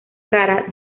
kara